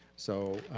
so